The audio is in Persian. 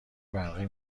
برقی